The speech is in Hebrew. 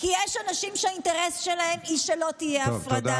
כי יש אנשים שהאינטרס שלהם הוא שלא תהיה הפרדה,